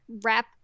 wrap